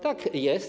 Tak jest.